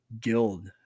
guild